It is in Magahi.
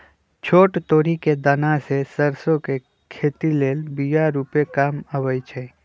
छोट तोरि कें दना से सरसो के खेती लेल बिया रूपे काम अबइ छै